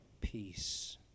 peace